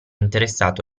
interessato